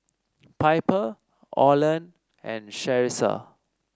Piper Orland and Charissa